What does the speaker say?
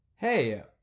Hey